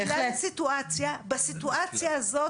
בסיטואציה הזאת,